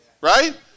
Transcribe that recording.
Right